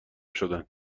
شدن